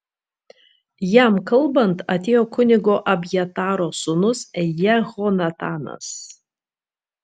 jam kalbant atėjo kunigo abjataro sūnus jehonatanas